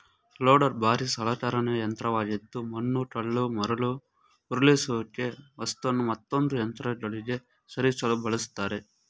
loader ಭಾರೀ ಸಲಕರಣೆ ಯಂತ್ರವಾಗಿದ್ದು ಮಣ್ಣು ಕಲ್ಲು ಮರಳು ಉರುಳಿಸುವಿಕೆ ವಸ್ತುನು ಮತ್ತೊಂದು ಯಂತ್ರಗಳಿಗೆ ಸರಿಸಲು ಬಳಸ್ತರೆ